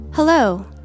Hello